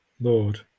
Lord